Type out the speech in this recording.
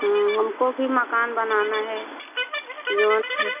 हाँ हमको भी मकान बनाना है जौन फ़िर